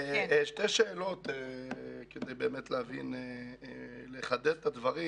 שתי שאלות כדי לחדד את הדברים.